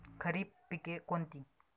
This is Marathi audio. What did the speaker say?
खरीप पिके कोणती?